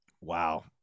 Wow